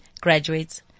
Graduates